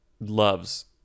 loves